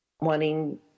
wanting